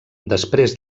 després